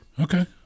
Okay